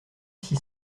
six